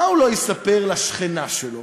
מה הוא לא יספר לשכנה שלו?